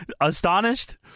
astonished